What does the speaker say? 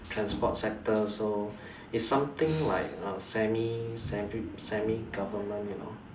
transport sector so it's something like a semi semi government you know